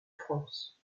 france